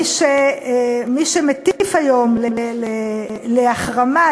מי שמטיף היום להחרמה,